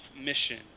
mission